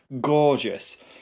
gorgeous